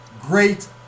great